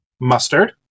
Mustard